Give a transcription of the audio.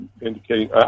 indicating